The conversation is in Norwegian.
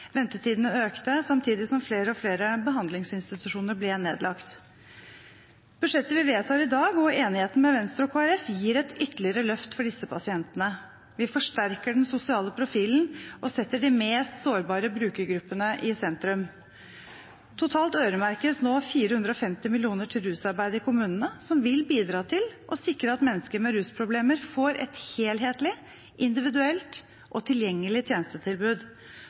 Ventetidene økte, samtidig som flere og flere behandlingsinstitusjoner ble nedlagt. Budsjettet vi vedtar i dag, og enigheten med Venstre og Kristelig Folkeparti gir et ytterligere løft for disse pasientene. Vi forsterker den sosiale profilen og setter de mest sårbare brukergruppene i sentrum. Totalt øremerkes nå 450 mill. kr til rusarbeid i kommunene, noe som vil bidra til å sikre at mennesker med rusproblemer får et helhetlig, individuelt og tilgjengelig tjenestetilbud.